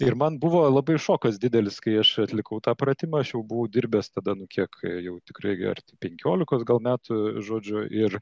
ir man buvo labai šokas didelis kai aš atlikau tą pratimą aš jau buvau dirbęs tada nu kiek kai jau tikrai arti penkiolikos gal metų žodžiu ir